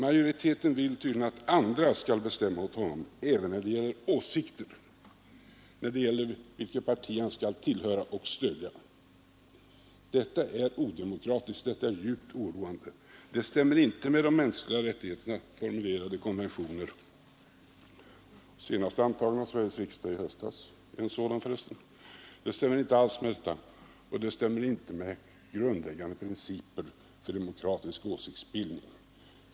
Majoriteten vill tydligen att andra skall bestämma över honom även när det gäller åsikter och frågan om vilket parti han skall tillhöra och stödja. Detta är odemokratiskt och djupt oroande. Det stämmer inte heller med de mänskliga rättigheterna, formulerade i konventioner. Sveriges riksdag antog för övrigt en sådan konvention senast i höstas. Och det stämmer inte med grundläggande principer för demokratisk åsiktsbildning.